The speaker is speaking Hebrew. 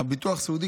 הביטוח הסיעודי,